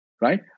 right